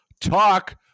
talk